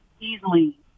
easily